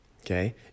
okay